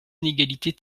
inégalités